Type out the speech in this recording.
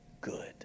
good